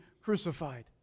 crucified